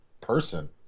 person